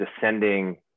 descending